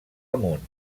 amunt